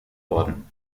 worden